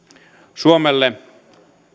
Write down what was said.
suomelle